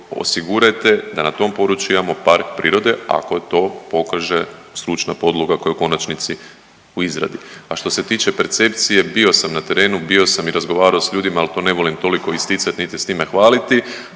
osigurajte da na tom području imamo park prirode ako to pokaže stručna podloga koja je u konačnici u izradi. A što se tiče percepcije bio sam na terenu, bio sam i razgovarao s ljudima, ali to ne volim toliko isticati niti s tim se hvaliti,